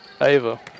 Ava